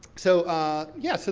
so yeah, so,